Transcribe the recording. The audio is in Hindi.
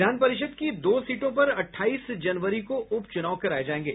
विधान परिषद् की दो सीटों पर अठाईस जनवरी को उप चुनाव कराये जायेंगे